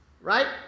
right